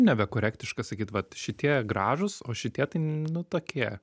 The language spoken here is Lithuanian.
nebe korektiška sakyti vat šitie gražūs o šitie tai nu tokie